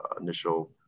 initial